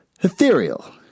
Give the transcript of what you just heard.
ethereal